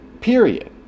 period